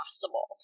possible